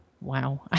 wow